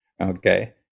okay